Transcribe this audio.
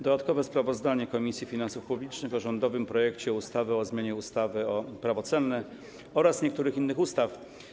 Dodatkowe sprawozdanie Komisji Finansów Publicznych o rządowym projekcie ustawy o zmianie ustawy - Prawo celne oraz niektórych innych ustaw.